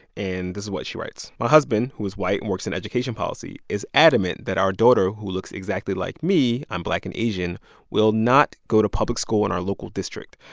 and this is what she writes. my husband, who is white and works in education policy, is adamant that our daughter, who looks exactly like me i'm black and asian will not go to public school in our local district.